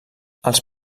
els